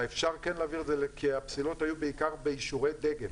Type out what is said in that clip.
כי הפסילות היו בעיקר באישורי דגם,